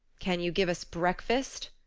can you give us breakfast?